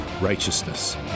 righteousness